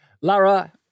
Lara